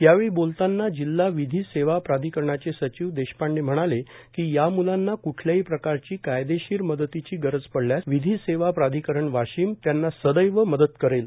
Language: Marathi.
यावेळी बोलताना जिल्हा विधी सेवा प्राधिकरणाचे सचिव देशपांडे म्हणाले की या मुलांना क्ठल्याही प्रकारची कायदेशीर मदतीची गरज पडल्यास विधि सेवा प्राधिकरण वाशिम त्यांना सदैव मदत करेल